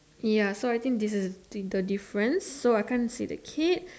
ya so I think this is the difference so I can't see the kid